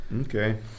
Okay